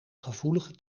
gevoelige